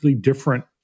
different